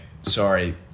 Sorry